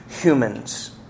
humans